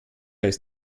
ist